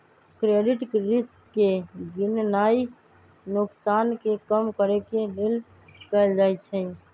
credit risk के गीणनाइ नोकसान के कम करेके लेल कएल जाइ छइ